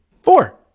four